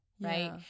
Right